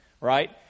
right